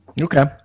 Okay